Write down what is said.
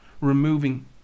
Removing